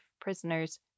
prisoners